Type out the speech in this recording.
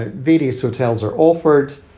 ah various hotels are offered.